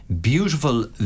Beautiful